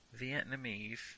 Vietnamese